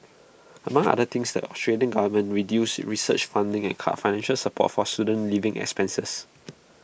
among other things the Australian government reduced research funding and cut financial support for student living expenses